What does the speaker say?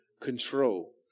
control